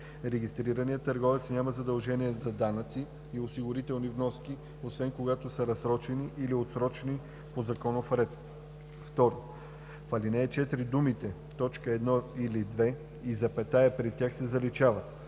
регистрираният търговец няма задължения за данъци и осигурителни вноски, освен когато са разсрочени или отсрочени по законов ред.“ 3. В ал. 4 думите „т. 1 или 2“ и запетаята пред тях се заличават.